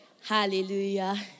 Hallelujah